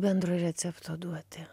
bendro recepto duoti